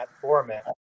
format